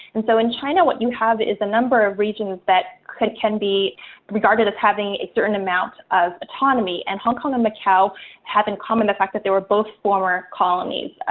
and so in china, what you have is a number of regions that can be regarded as having a certain amount of autonomy. and hong kong and macau have in common, the fact that they were both former colonies,